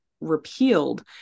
repealed